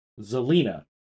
Zelina